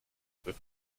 with